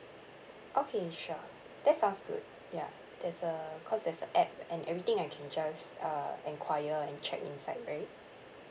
okay sure that sounds good ya there's a cause there's a app and everything I can just uh inquire and check inside right